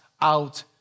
out